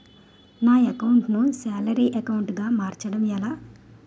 నా అకౌంట్ ను salary account గా మార్చటం ఎలా?